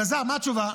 אלעזר, מה התשובה?